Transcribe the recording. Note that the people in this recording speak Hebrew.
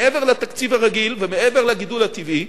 מעבר לתקציב הרגיל ומעבר לגידול הטבעי,